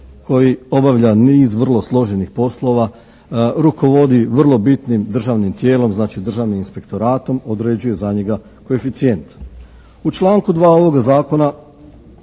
koji obavlja niz vrlo složenih poslova, rukovodi vrlo bitnim državnim tijelom, znači Državnim inspektoratom, određuje za njega koeficijent. U članku 2. ovoga zakona